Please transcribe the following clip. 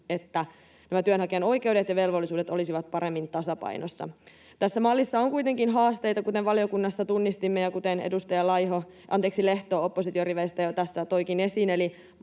nämä työnhakijan oikeudet ja velvollisuudet olisivat paremmin tasapainossa. Tässä mallissa on kuitenkin haasteita, kuten valiokunnassa tunnistimme ja kuten edustaja Lehto opposition riveistä jo tässä toikin esiin,